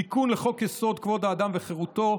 תיקון לחוק-יסוד: כבוד האדם וחירותו,